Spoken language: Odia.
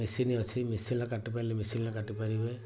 ମେସିନ୍ ଅଛି ମେସିନ୍ରେ କାଟିପାରିଲେ ମେସିନ୍ରେ କାଟିପାରିବେ